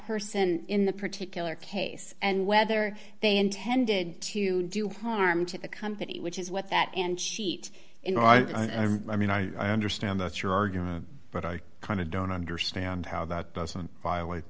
person in the particular case and whether they intended to do harm to the company which is what that and sheet in i mean i mean i understand that's your argument but i kind of don't understand how that doesn't violate